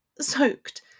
Soaked